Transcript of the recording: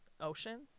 ocean